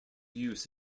use